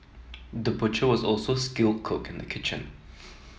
the butcher was also skilled cook in the kitchen